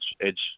edge